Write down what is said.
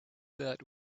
that